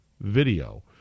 video